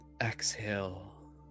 exhale